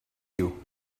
you